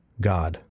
God